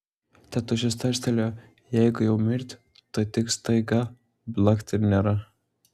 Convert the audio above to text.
tėtušis tarstelėjo jeigu jau mirt tai tik staiga blakt ir nėra